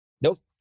nope